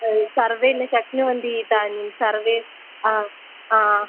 सर्वे न शक्नुवन्ति तानि सर्वे आम्